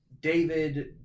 David